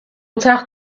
تخت